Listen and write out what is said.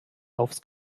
aufs